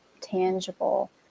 tangible